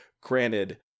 Granted